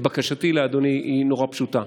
בקשתי לאדוני היא נורא פשוטה.